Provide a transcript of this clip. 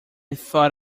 thought